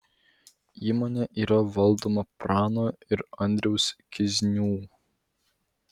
įmonė yra valdoma prano ir andriaus kiznių